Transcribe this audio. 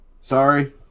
Sorry